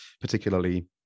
particularly